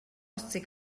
ostsee